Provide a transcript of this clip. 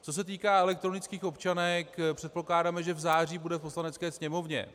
Co se týká elektronických občanek, předpokládáme, že v září bude v Poslanecké sněmovně.